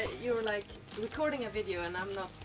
you're like recording a video and i'm not